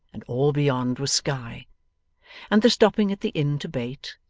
and all beyond was sky and the stopping at the inn to bait,